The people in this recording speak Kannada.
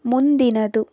ಮುಂದಿನದು